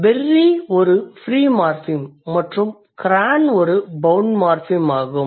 berry ஒரு free morpheme மற்றும் cran ஒரு பௌண்ட் மார்ஃபிம் ஆகும்